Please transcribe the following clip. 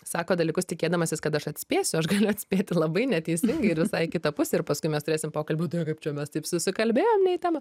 sako dalykus tikėdamasis kad aš atspėsiu aš galiu atspėti ir labai neteisingai ir visai į kitą pusę ir paskui mes turėsim pokalbį kaip čia mes taip susikalbėjom ne į temą